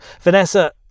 Vanessa